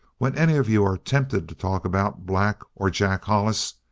when any of you are tempted to talk about black or jack hollis,